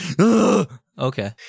Okay